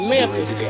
Memphis